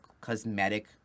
cosmetic